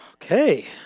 Okay